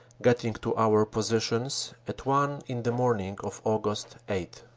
getting to our positions at one in the morning of aug. eight.